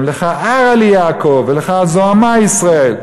לכה ארה לי יעקב ולכה זֹעמה ישראל.